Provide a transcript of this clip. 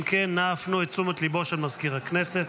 אם כן, נא הפנו את תשומת ליבו של מזכיר הכנסת.